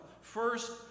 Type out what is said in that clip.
First